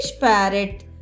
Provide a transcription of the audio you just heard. parrot